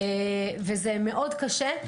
זה מאוד קשה,